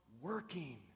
working